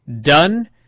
done